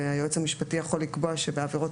ושהיועץ המשפטי יכול לקבוע שבעבירות